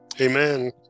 Amen